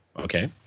Okay